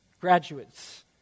graduates